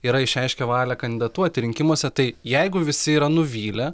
yra išreiškę valią kandidatuoti rinkimuose tai jeigu visi yra nuvylę